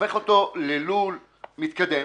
הופך אותו ללול מתקדם.